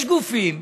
יש גופים,